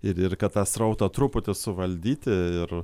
ir ir kad tą srautą truputį suvaldyti ir